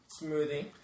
smoothie